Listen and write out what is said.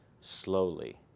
slowly